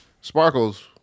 Sparkle's